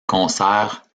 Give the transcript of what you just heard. concerts